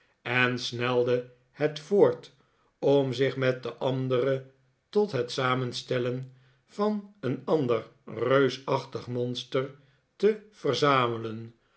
en snelde het voort om zich met de andere tot het samehstellen van een ander reusachtig monster te verzamelen